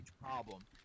problem